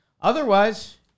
Otherwise